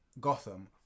Gotham